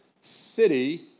city